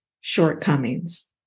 shortcomings